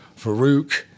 Farouk